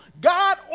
God